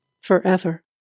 Forever